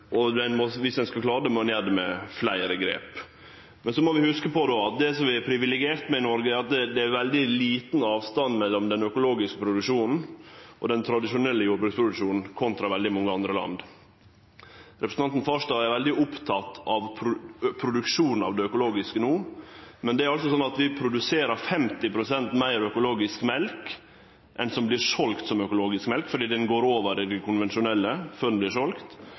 ein skal klare det, må ein gjere det med fleire grep. Men så må vi hugse på at det som vi er privilegerte med i Noreg, er at det er veldig liten avstand mellom den økologiske produksjonen og den tradisjonelle jordbruksproduksjonen i motsetning til slik det er i veldig mange andre land. Representanten Farstad er veldig oppteken av produksjonen av det økologiske no, men det er altså slik at vi produserer 50 pst. meir økologisk mjølk enn det som vert selt som økologisk mjølk, fordi ho går over i det konvensjonelle